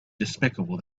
despicable